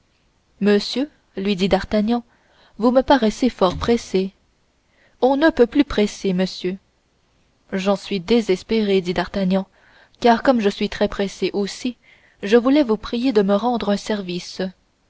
monsieur lui dit d'artagnan vous me paraissez fort pressé on ne peut plus pressé monsieur j'en suis désespéré dit d'artagnan car comme je suis très pressé aussi je voulais vous prier de me rendre un service